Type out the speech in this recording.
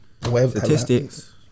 statistics